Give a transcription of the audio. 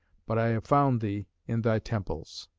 but i have found thee in thy temples.